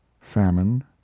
famine